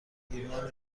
ایرنا